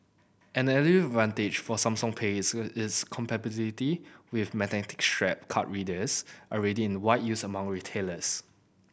an early advantage for Samsung Pay is its compatibility with magnetic stripe card readers already in wide use among retailers